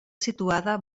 situada